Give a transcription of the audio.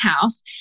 house